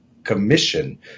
commission